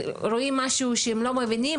רואים משהו שהם לא מבינים,